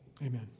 Amen